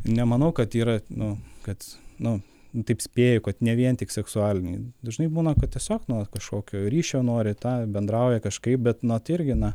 nemanau kad yra nu kad nu taip spėju kad ne vien tik seksualinį dažnai būna kad tiesiog nu kažkokio ryšio nori tą bendrauja kažkaip bet na tai irgi na